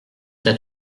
t’a